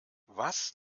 was